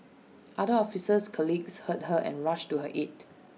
other officer's colleagues heard her and rushed to her aid